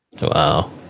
wow